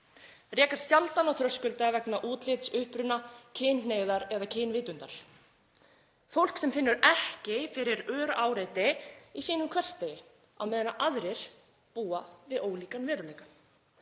rekast sjaldan á þröskulda vegna útlits, uppruna, kynhneigðar eða kynvitundar, fólk sem finnur ekki fyrir áreiti í sínum hversdegi, á meðan aðrir búa við ólíkan veruleika.